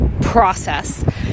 process